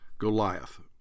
Goliath